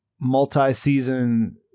multi-season